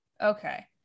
Okay